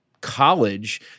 college